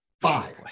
Five